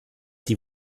die